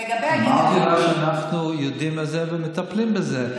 אמרתי לך שאנחנו יודעים את זה ומטפלים בזה.